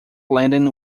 landing